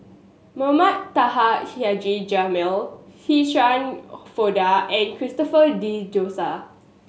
Mohamed Taha Haji Jamil Shirin Fozdar and Christopher De Souza